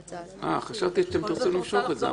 אה, חשבתי שאתם רוצים למשוך את זה.